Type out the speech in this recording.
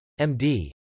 MD